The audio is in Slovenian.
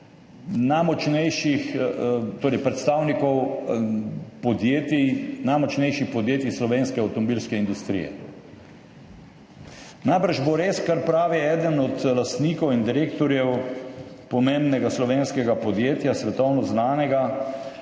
najmočnejših podjetij slovenske avtomobilske industrije. Najbrž bo res, kar pravi eden od lastnikov in direktorjev pomembnega slovenskega podjetja, svetovno znanega,